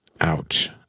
Ouch